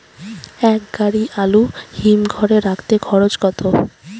এক গাড়ি আলু হিমঘরে রাখতে খরচ কত?